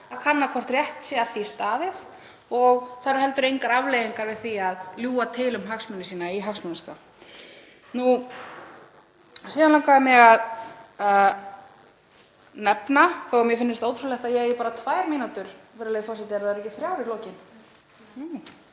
að kanna hvort rétt sé að því staðið og það eru heldur engar afleiðingar við því að ljúga til um hagsmuni sína í hagsmunaskrá. Síðan langaði mig að nefna — þó að mér finnist ótrúlegt að ég eigi bara tvær mínútur, virðulegur forseti, eru það ekki þrjár í lokin?